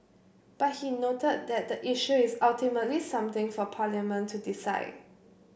but he noted that the issue is ultimately something for Parliament to decide